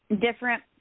different